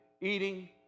eating